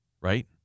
right